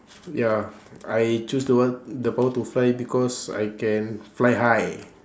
ya I choose the one the power to fly because I can fly high